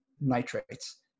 nitrates